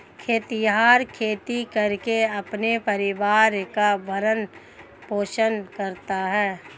खेतिहर खेती करके अपने परिवार का भरण पोषण करता है